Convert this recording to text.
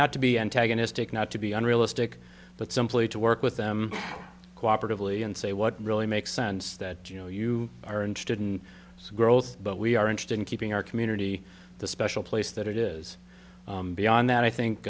not to be antagonistic not to be unrealistic but simply to work with them cooperatively and say what really makes sense that you know you are interested in growth but we are interested in keeping our community the special place that it is beyond that i think